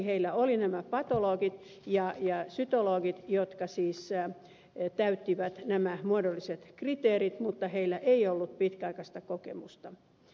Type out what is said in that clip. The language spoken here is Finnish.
heillä oli nämä patologit ja sytologit jotka siis täyttivät nämä muodolliset kriteerit mutta heillä ei ollut pitkäaikaista kokemusta